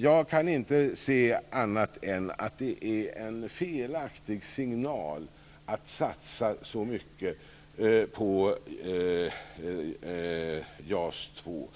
Jag anser att det är en felaktig signal att satsa så mycket på JAS 2.